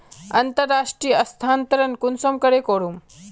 अंतर्राष्टीय स्थानंतरण कुंसम करे करूम?